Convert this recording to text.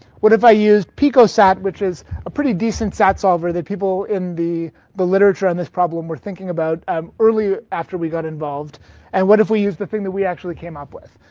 what if i use picosat which is a pretty decent sat-solver that people in the the literature on this problem were thinking about um early after we got involved and what if we used the thing that we actually came up with?